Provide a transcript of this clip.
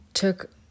took